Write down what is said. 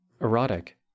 erotic